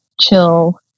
chill